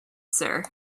sir